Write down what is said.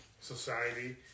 society